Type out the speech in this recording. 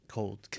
Cold